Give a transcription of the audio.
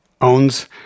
owns